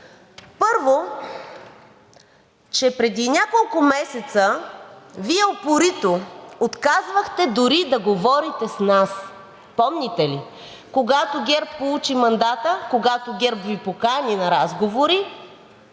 Първо, че преди няколко месеца Вие упорито отказвахте дори да говорите с нас. Помните ли? Когато ГЕРБ получи мандата, когато ГЕРБ Ви покани на разговори,